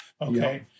Okay